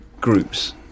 groups